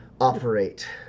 operate